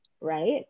right